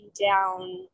down